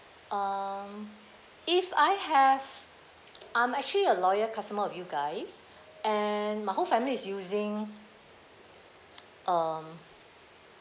um if I have I'm actually a loyal customer of you guys and my whole family is using um